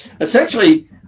essentially